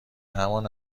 همان